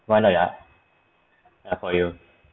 why not ya for you